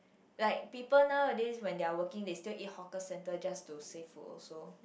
like people nowadays when they're working they still eat hawker centre just to save food also